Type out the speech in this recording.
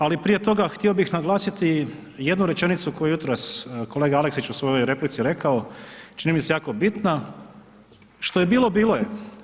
Ali prije toga htio bih naglasiti jednu rečenicu koju je jutros kolega Aleksić u svojoj replici rekao, čini mi se jako bitna, što je bilo, bilo je.